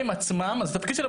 הן עצמן התפקיד,